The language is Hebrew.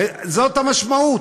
זאת המשמעות.